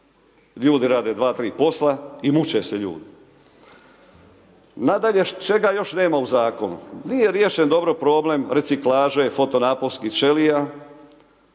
ljudi rade 2-3 posla i muče se ljudi. Nadalje, čega još nema u zakonu? Nije riješen dobro problem reciklaže fotonaponskih ćelija,